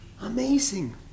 amazing